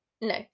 No